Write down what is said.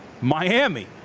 Miami